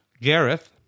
Gareth